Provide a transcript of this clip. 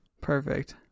Perfect